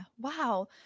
Wow